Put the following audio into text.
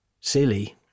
silly